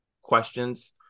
questions